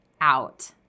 out